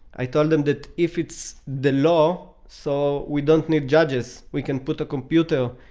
i told him that if it's the law, so we don't need judges, we can put a computer,